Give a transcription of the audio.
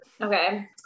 Okay